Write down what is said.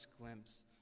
glimpse